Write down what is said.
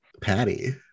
Patty